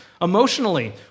Emotionally